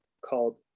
called